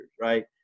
Right